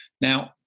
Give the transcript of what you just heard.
now